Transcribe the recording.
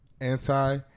Anti-